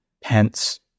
Pence